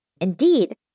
Indeed